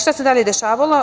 Šta se dalje dešavalo?